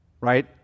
Right